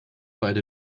beide